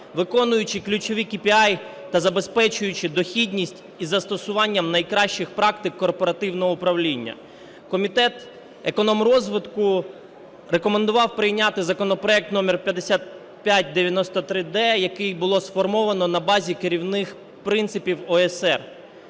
виконуючи ключові KPI та забезпечуючи дохідність із застосуванням найкращих практик корпоративного управління. Комітет економрозвитку рекомендував прийняти законопроект номер 5593-д, який було сформовано на базі керівних принципів ОЕСР.